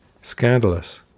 Scandalous